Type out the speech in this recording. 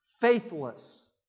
faithless